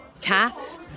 cats